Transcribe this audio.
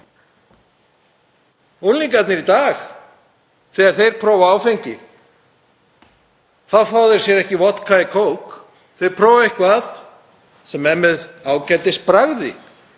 Unglingarnir í dag, þegar þeir prófa áfengi, fá þeir sér ekki vodka í kók, þeir prófa eitthvað sem er með ágætisbragði.